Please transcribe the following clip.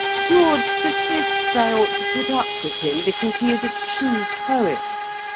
george persists i ought to put up with him because he is a true poet.